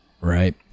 Right